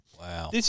Wow